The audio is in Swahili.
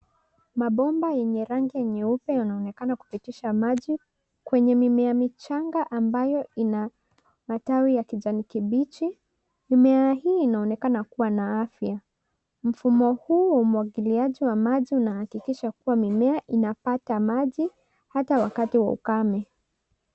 Mabomba yenye rangi ya nyeupe yanaonekana kupitisha maji kwenye mimea michanga ambayo inamatawi ya kijani kibichi. Mimea hii inaonekana kua na afya. Mfumo huu wa umwagliaji wa maji unahakikisha kua mimea inapata maji hata wakati wa ukame.